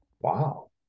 Wow